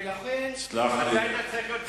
אתה צריך להיות,